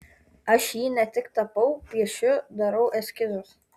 aš jį ne tik tapau piešiu darau eskizus